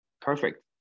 Perfect